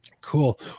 Cool